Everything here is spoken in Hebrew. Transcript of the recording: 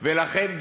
ולכן,